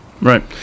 Right